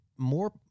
More